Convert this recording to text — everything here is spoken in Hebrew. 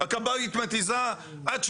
אין לי